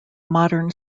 modern